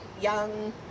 young